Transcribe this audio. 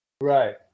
right